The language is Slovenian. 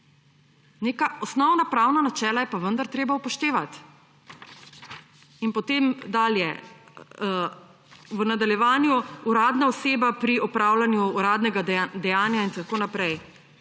Neka osnovna pravna načela je pa vendar treba upoštevati. In potem dalje. V nadaljevanju »uradna oseba pri opravljanju uradnega dejanja« in tako naprej.